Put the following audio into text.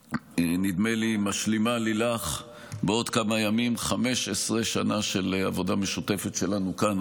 נדמה לי שבעוד כמה ימים לילך משלימה 15 שנה של עבודה משותפת שלנו כאן.